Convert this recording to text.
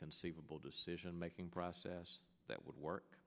conceivable decision making process that would work